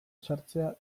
sartzea